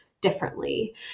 differently